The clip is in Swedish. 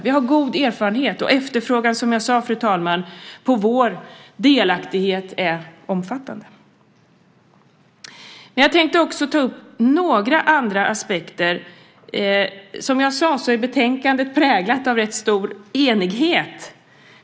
Vi har god erfarenhet, och efterfrågan, som jag sade, fru talman, på vår delaktighet är omfattande. Jag tänkte också ta upp några andra aspekter. Som jag sade är betänkandet präglat av rätt stor enighet.